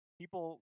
people